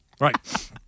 Right